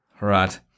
right